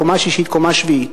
בקומות שישית או שביעית,